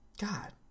god